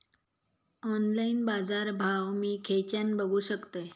Online बाजारभाव मी खेच्यान बघू शकतय?